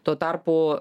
tuo tarpu